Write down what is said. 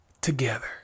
Together